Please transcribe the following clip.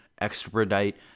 expedite